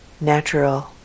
natural